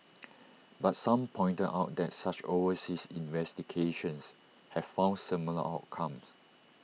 but some pointed out that such overseas investigations have found similar outcomes